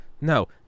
No